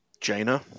Jaina